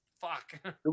fuck